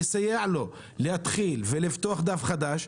לסייע לו להתחיל ולפתוח דף חדש,